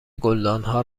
گلدانها